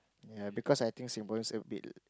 ya because I think Singaporeans a bit